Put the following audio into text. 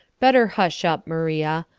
better hush up, maria.